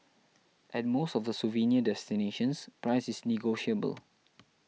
at most of the souvenir destinations price is negotiable